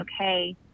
okay